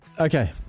Okay